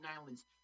Island's